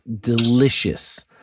delicious